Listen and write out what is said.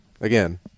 again